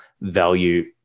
value